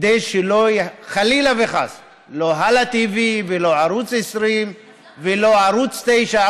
כדי שחלילה וחס לא הלא TV ולא ערוץ 20 ולא ערוץ 9,